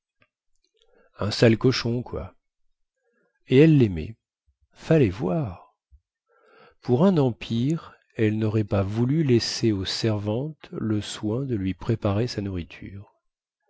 un sale cochon quoi et elle laimait fallait voir pour un empire elle naurait pas voulu laisser aux servantes le soin de lui préparer sa nourriture